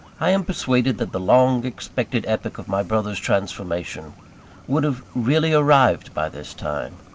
i am persuaded that the long-expected epoch of my brother's transformation would have really arrived by this time,